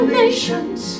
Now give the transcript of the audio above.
nations